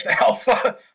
Alpha